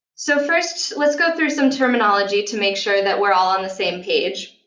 so first, let's go through some terminology to make sure that we're all on the same page.